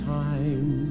time